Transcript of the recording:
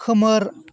खोमोर